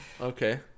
Okay